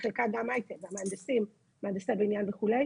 בחלקה גם הייטק, מהנדסים, מהנדסי בניין וכו'.